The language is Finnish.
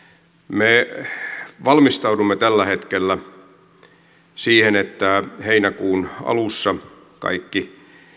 me valmistaudumme tällä hetkellä siihen että heinäkuun alussa kolmestakymmenestäviidestä aiemmasta alkuperäisestä jäsenmaasta